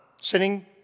sitting